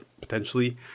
potentially